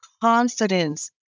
confidence